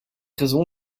raison